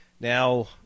now